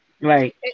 Right